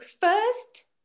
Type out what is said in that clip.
first